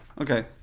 Okay